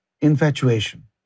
infatuation